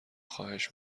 خواهش